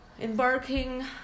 embarking